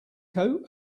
coat